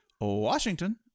Washington